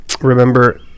remember